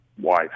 wife